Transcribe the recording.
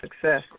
success